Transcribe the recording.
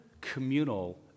communal